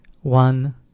one